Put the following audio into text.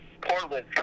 Portland